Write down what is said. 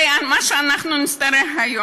הרי מה שאנחנו נצטרך היום,